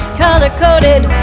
color-coded